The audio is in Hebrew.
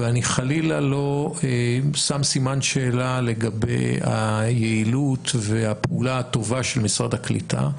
ואני חלילה לא שם סימן שאלה לגבי היעילות והפעולה הטובה של משרד הקליטה,